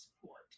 support